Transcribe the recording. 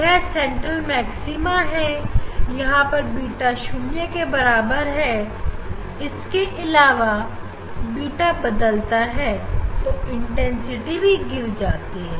यह central maxima है जहां पर बीटा शून्य के बराबर है इसके अलावा बीटा बदलता है तो इंटेंसिटी भी गिर जाती है